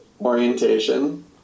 orientation